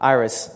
Iris